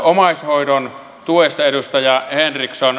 omaishoidon tuesta edustaja henriksson